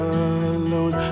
alone